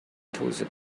dose